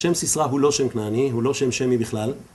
השם סיסרא הוא לא שם כנעני, הוא לא שם שמי בכלל.